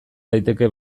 daiteke